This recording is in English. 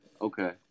Okay